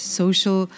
social